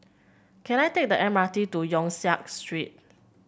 can I take the M R T to Yong Siak Street